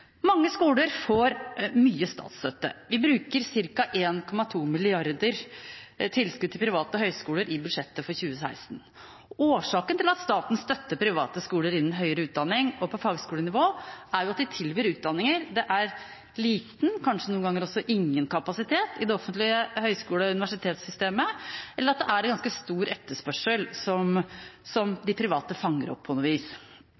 Mange skoler får mye statsstøtte. Vi bruker ca. 1,2 mrd. kr i tilskudd til private høyskoler i budsjettet for 2016. Årsaken til at staten støtter private skoler innen høyere utdanning og på fagskolenivå, er at de tilbyr utdanninger hvor det er liten, kanskje noen ganger også ingen, kapasitet i det offentlige høyskole- og universitetssystemet, eller at det er en ganske stor etterspørsel som de private på noe vis